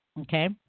Okay